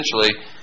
essentially